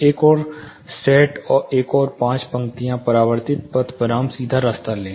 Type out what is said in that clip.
एक और सेट एक और पाँच पंक्तियाँ परावर्तित पथ बनाम सीधा रास्ता लें